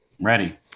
Ready